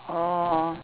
orh